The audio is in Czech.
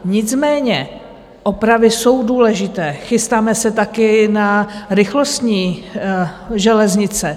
Nicméně opravy jsou důležité, chystáme se taky na rychlostní železnice.